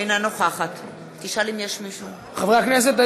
אינה נוכחת חברי הכנסת,